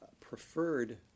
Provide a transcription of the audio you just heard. preferred